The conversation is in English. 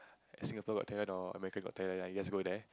Singapore Got Talent or America Got Talent yes I go there